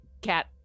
cat